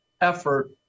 effort